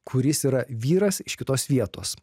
kuris yra vyras iš kitos vietos